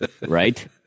Right